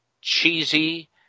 cheesy